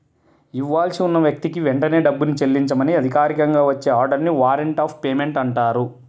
ఇవ్వాల్సి ఉన్న వ్యక్తికి వెంటనే డబ్బుని చెల్లించమని అధికారికంగా వచ్చే ఆర్డర్ ని వారెంట్ ఆఫ్ పేమెంట్ అంటారు